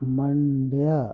Mandya